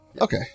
Okay